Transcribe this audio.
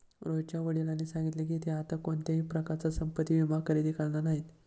रोहितच्या वडिलांनी सांगितले की, ते आता कोणत्याही प्रकारचा संपत्ति विमा खरेदी करणार नाहीत